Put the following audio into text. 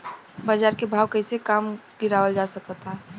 बाज़ार के भाव कैसे कम गीरावल जा सकता?